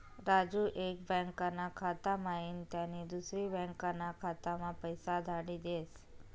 राजू एक बँकाना खाता म्हाईन त्यानी दुसरी बँकाना खाताम्हा पैसा धाडी देस